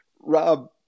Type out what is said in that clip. Rob